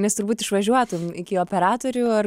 nes turbūt išvažiuotum iki operatorių ar